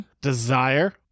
Desire